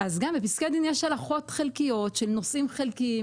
אז בפסקי דין יש הלכות חלקיות של נושאים חלקיים,